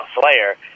Slayer